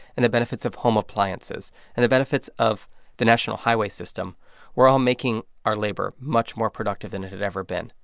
and the benefits of home appliances and the benefits of the national highway system were all making our labor much more productive than it had ever been.